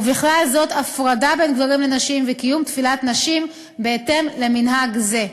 ובכלל זה הפרדה בין גברים לנשים וקיום תפילת נשים בהתאם למנהג זה.